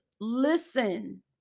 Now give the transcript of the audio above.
listen